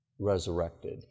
resurrected